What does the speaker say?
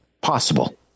possible